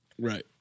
Right